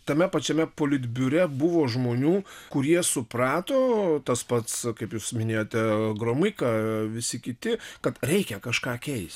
tame pačiame politbiure buvo žmonių kurie suprato tas pats kaip jūs minėjote gromyka visi kiti kad reikia kažką keisti